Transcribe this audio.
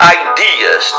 ideas